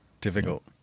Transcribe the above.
Difficult